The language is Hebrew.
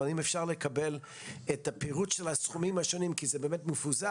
אבל אם אפשר לקבל את הפירוט של הסכומים השונים כי זה מפוזר.